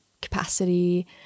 capacity